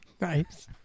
Nice